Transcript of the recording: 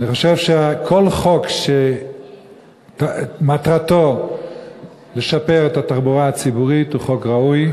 אני חושב שכל חוק שמטרתו לשפר את התחבורה הציבורית הוא חוק ראוי.